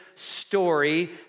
story